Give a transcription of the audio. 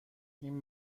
این